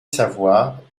savoir